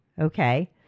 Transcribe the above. okay